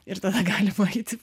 ir tada galima eiti